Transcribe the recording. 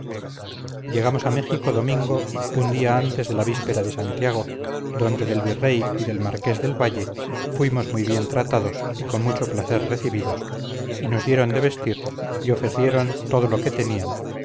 llegamos a méjico domingo un día antes de la víspera de santiago donde del virrey y del marqués del valle fuimos muy bien tratados y con mucho placer recibidos y nos dieron de vestir y ofrecieron todo lo que tenían